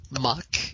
Muck